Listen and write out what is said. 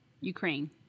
Ukraine